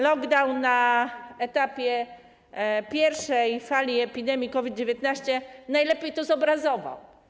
Lockdown na etapie pierwszej fali epidemii COVID-19 najlepiej to zobrazował.